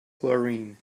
chlorine